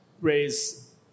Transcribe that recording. raise